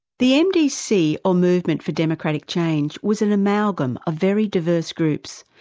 the mdc or movement for democratic change was an amalgam of very diverse groups,